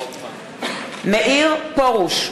אני מאיר פרוש,